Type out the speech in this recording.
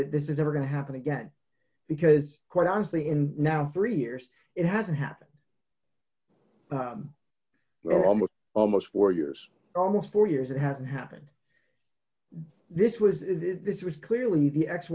that this is ever going to happen again because quite honestly in now three years it hasn't happened well almost almost four years almost four years it hasn't happened this was it this was clearly the ex